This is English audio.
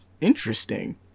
Interesting